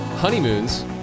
Honeymoons